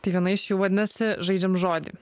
tai viena iš jų vadinasi žaidžiam žodį